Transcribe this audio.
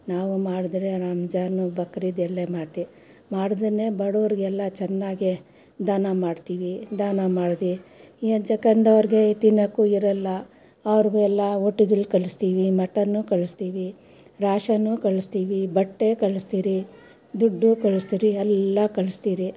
ನಾವು ಮಾಡಿದ್ರೆ ರಂಜಾನು ಬಕ್ರೀದ್ ಎಲ್ಲಾ ಮಾಡ್ತೆವ್ ಮಾಡಿದ್ರೆ ಬಡವ್ರಿಗೆ ಎಲ್ಲ ಚೆನ್ನಾಗೆ ದಾನ ಮಾಡ್ತೀವಿ ದಾನ ಮಾಡಿ ಏನು ತಿನ್ನೋಕು ಇರಲ್ಲ ಅವ್ರಿಗು ಎಲ್ಲ ಊಟಗಳು ಕಳಿಸ್ತೀವಿ ಮಟನ್ನು ಕಳಿಸ್ತೀವಿ ರ್ಯಾಷನ್ನು ಕಳಿಸ್ತೀವಿ ಬಟ್ಟೆ ಕಳಿಸ್ತೀರಿ ದುಡ್ಡು ಕಳಿಸ್ತೀರಿ ಎಲ್ಲ ಕಳಿಸ್ತೀರಿ